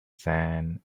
sand